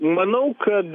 manau kad